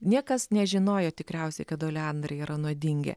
niekas nežinojo tikriausiai kad oleandrai yra nuodingi